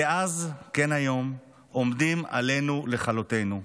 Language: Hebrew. כאז כן היום, עומדים עלינו לכלותינו,